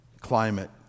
climate